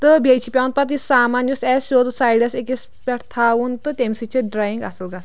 تہٕ بیٚیہِ چھُ پیٚوان پَتہٕ یہِ سامان یُس آسہِ سیٚود سایڈَس أکِس پٮ۪ٹھ تھاوُن تہٕ تمہِ سۭتۍ چھِ ڈرٛایِنٛگ اصٕل گژھان